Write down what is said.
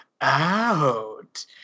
out